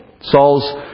Saul's